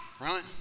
Right